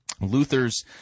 luther's